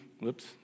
Whoops